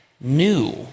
new